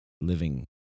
living